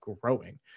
growing